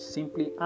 Simply